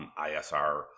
ISR